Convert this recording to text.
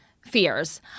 fears